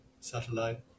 satellite